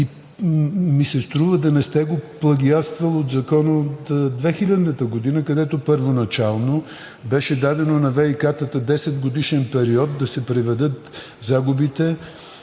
и ми се струва да не сте го плагиатствал от закона от 2000 г., където първоначално беше дадено на ВиК-ата 10-годишен период да си приведат загубите